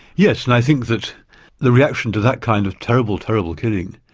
yes, and i think that the reaction to that kind of terrible, terrible killing